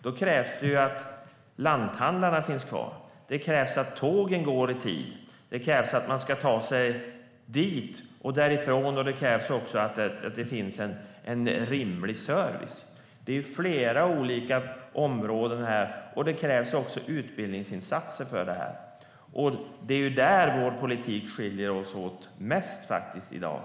Då krävs det att lanthandlarna finns kvar, att tågen går i tid, att man kan ta sig dit och därifrån och att det finns en rimlig service. Det är fråga om flera olika områden. Det krävs också utbildningsinsatser för detta. Det är faktiskt där som politiken skiljer oss åt mest i dag, Lars Tysklind.